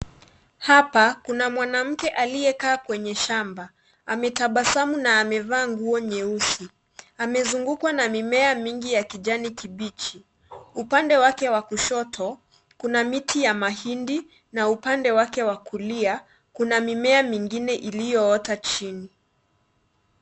Hapa kuna mwanamke aliyekaa kwenye shamba, ametabasamu na amevaa nguo nyeusi, amezungukwa na mimea mingi ya kijani kibichi, upande wake wa kushoto kuna miti ya mahindi na upande wa kulia kuna mimea ingine iliyoota chini.